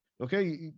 okay